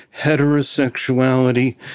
heterosexuality